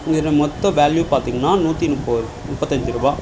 இதில் மொத்த வேல்யூ பார்த்தீங்கனா நூற்றி முப்பது முப்பத்தஞ்சி ரூபா